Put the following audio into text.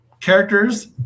characters